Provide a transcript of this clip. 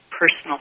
personal